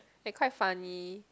they quite funny